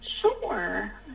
Sure